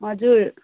हजुर